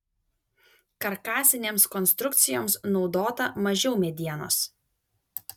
karkasinėms konstrukcijoms naudota mažiau medienos